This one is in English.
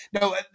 no